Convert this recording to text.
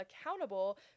accountable